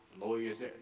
lawyers